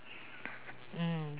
mm